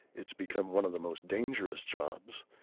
it's become one of the most dangerous jobs.